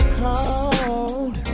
cold